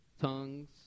tongues